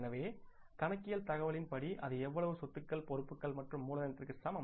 எனவே கணக்கியல் தகவலின் படி அது எவ்வளவு சொத்துக்களானது பொறுப்புகள் மற்றும் மூலதனத்திற்கு சமம்